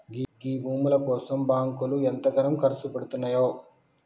గీ భూముల కోసం బాంకులు ఎంతగనం కర్సుపెడ్తున్నయో